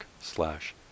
slash